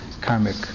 karmic